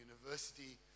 university